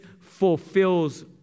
fulfills